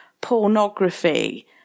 pornography